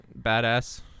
badass